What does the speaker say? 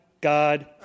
god